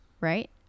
right